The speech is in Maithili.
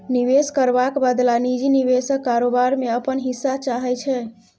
निबेश करबाक बदला निजी निबेशक कारोबार मे अपन हिस्सा चाहै छै